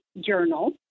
journal